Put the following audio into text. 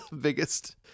biggest